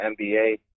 NBA